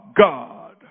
God